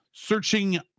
Searching